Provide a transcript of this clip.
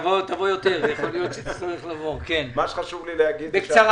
מה שחשוב לי להגיד בקצרה